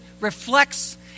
reflects